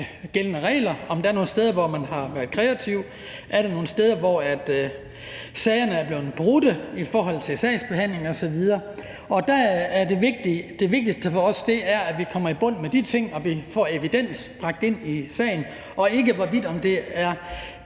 gældende regler, og om der nogen steder, hvor man har været kreativ. Er der nogle steder, hvor der er sket brud i forhold til sagsbehandlingen osv.? Og der er det vigtigste for os, at vi kommer i bund med de ting og får evidens lagt ind i sagen, og ikke – hvorvidt det er